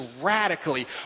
radically